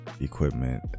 Equipment